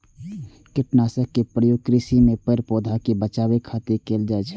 कीटनाशक के प्रयोग कृषि मे पेड़, पौधा कें बचाबै खातिर कैल जाइ छै